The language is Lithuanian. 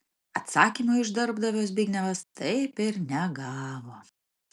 atsakymo iš darbdavio zbignevas taip ir negavo